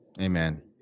Amen